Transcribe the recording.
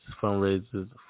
fundraisers